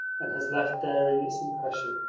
and has left therein its impression.